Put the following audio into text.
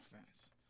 offense